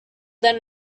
then